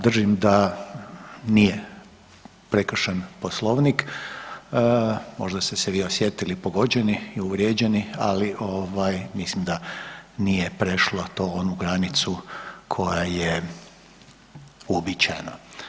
držim da nije prekršen Poslovnik, možda ste se vi osjetili pogođeni i uvrijeđeni, ali ovaj mislim da nije prešlo to onu granicu koja je uobičajena.